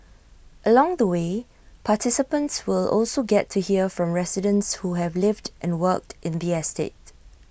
along the way participants will also get to hear from residents who have lived and worked in the estate